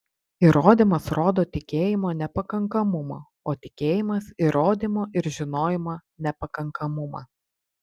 įrodymas rodo tikėjimo nepakankamumą o tikėjimas įrodymo ir žinojimo nepakankamumą